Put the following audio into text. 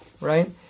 right